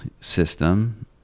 system